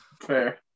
Fair